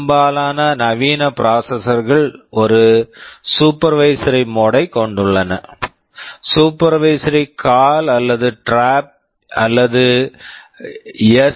பெரும்பாலான நவீன processor processors -கள் ஒரு சூப்பர்வைஸரி supervisory மோட் mode ஐ கொண்டுள்ளன சூப்பர்வைஸரி கால் supervisory call அல்லது ட்ராப் trap அல்லது எஸ்